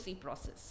process